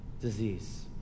disease